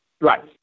Right